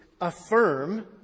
affirm